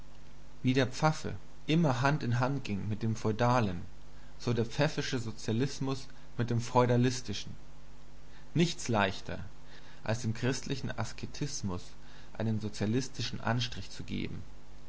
wie der pfaffe immer hand in hand ging mit dem feudalen so der pfäffische sozialismus mit dem feudalistischen nichts leichter als dem christlichen asketismus einen sozialistischen anstrich zu geben